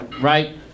right